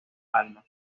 almas